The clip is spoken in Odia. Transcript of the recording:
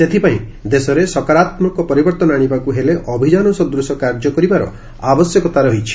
ସେଥିପାଇଁ ଦେଶରେ ସକାରାତ୍ମକ ପରିବର୍ତ୍ତନ ଆଶିବାକୁ ହେଲେ ଅଭିଯାନ ସଦୂଶ କାର୍ଯ୍ୟ କରିବାର ଆବଶ୍ୟକତା ରହିଛି